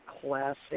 classic